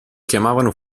chiamavano